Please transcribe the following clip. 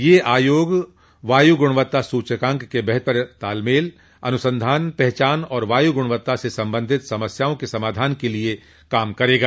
यह आयोग वायु गुणवत्ता सूचकांक के बेहतर तालमेल अनुसंधान पहचान और वायु गुणवत्ता से संबंधित समस्याओं के समाधान के लिए काम करेगा